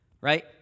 Right